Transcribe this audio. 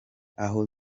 aho